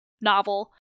novel